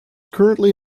currently